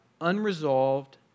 unresolved